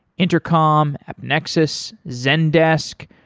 intercom, nexus, zendesk,